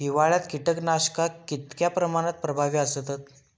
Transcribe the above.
हिवाळ्यात कीटकनाशका कीतक्या प्रमाणात प्रभावी असतत?